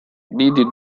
needed